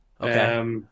Okay